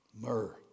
Myrrh